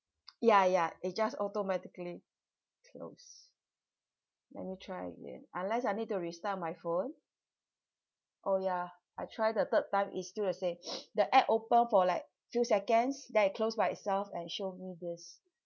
ya ya it just automatically close let me try again unless I need to restart my phone oh ya I try the third time it's still the same the app open for like few seconds then it closed by itself and show me this